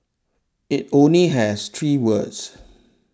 it only has three words